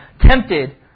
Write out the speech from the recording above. tempted